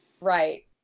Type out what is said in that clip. right